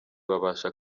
babasha